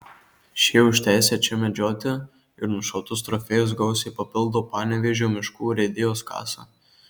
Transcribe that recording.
šie už teisę čia medžioti ir nušautus trofėjus gausiai papildo panevėžio miškų urėdijos kasą